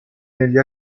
negli